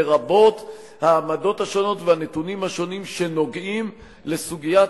לרבות העמדות השונות והנתונים השונים שנוגעים לסוגיית